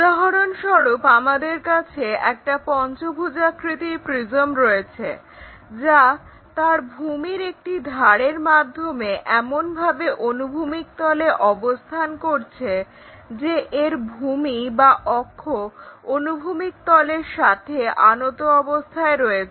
উদাহরণস্বরূপ আমাদের কাছে একটা পঞ্চভুজাকৃতির প্রিজম রয়েছে যা তার ভূমির একটি ধারের মাধ্যমে এমনভাবে অনুভূমিক তলে অবস্থান করছে যে এর ভূমি বা অক্ষ অনুভূমিক তলের সাথে আনত অবস্থায় রয়েছে